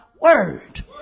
word